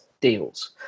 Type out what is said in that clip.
deals